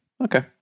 Okay